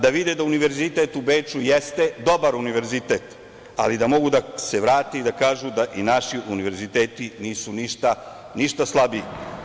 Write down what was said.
Da vide da Univerzitet u Beču jeste dobar Univerzitet, ali da mogu da se vrate i da kažu da i naši univerziteti nisu ništa slabiji.